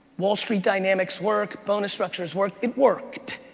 wall street dynamics work, bonus structures work, it worked.